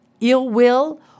ill-will